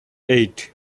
eight